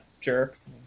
jerks